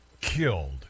killed